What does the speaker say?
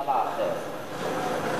ממשלה אחרת.